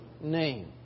name